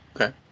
Okay